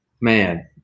Man